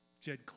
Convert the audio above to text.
Jed